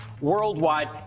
Worldwide